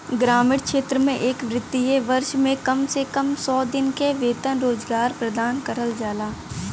ग्रामीण क्षेत्र में एक वित्तीय वर्ष में कम से कम सौ दिन क वेतन रोजगार प्रदान करल जाला